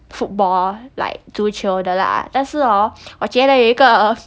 football like 足球的啦但是 orh 我觉得一个